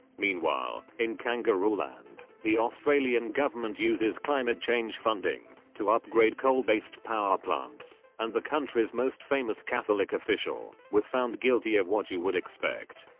meanwhile in kangaroo land, the australian government uses climate change funding to upgrade coal based power plants, and the country's most famous catholic official was found guilty of what you would expect.